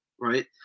right